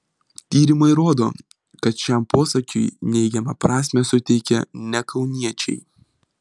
tyrimai rodo kad šiam posakiui neigiamą prasmę suteikia ne kauniečiai